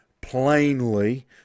plainly